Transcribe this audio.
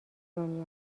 دنیا